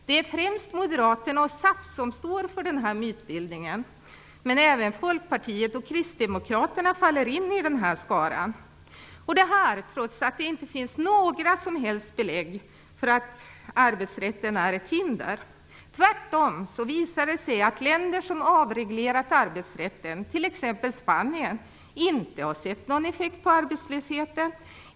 Det är främst Moderaterna och SAF som står för den mytbildningen, men även Folkpartiet och Kristdemokraterna sällar sig till den skaran - detta trots att det inte finns några som helst belägg för att arbetsrätten är ett hinder. Tvärtom visar det sig att länder som avreglerat arbetsrätten, t.ex. Spanien, inte har sett någon effekt på arbetslösheten.